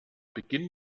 beginn